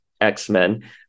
X-Men